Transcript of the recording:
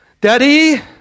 Daddy